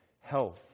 health